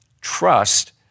Trust